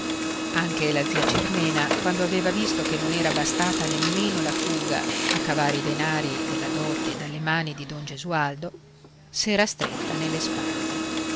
anche la zia cirmena quando aveva visto che non era bastata nemmeno la fuga a cavare i denari della dote dalle mani di don gesualdo s'era stretta nelle spalle